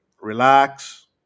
relax